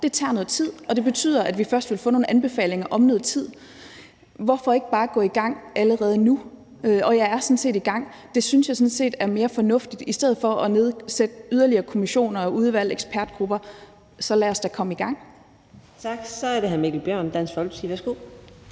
her tager noget tid, og det betyder, at vi først vil få nogle anbefalinger om noget tid. Hvorfor ikke bare gå i gang allerede nu? Og jeg er sådan set i gang. Det synes jeg sådan set er mere fornuftigt. I stedet for at nedsætte yderligere kommissioner og udvalg og ekspertgrupper, så lad os da komme i gang. Kl. 10:12 Fjerde næstformand